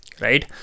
right